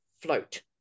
float